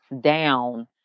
down